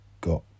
got